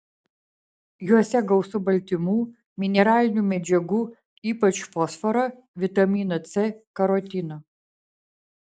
juose gausu baltymų mineralinių medžiagų ypač fosforo vitamino c karotino